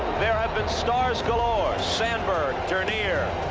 there have been stars galore. sandberg, dernier,